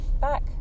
back